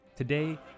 Today